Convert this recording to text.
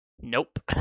Nope